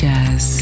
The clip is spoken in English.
Jazz